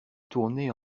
tournés